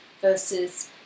versus